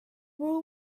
will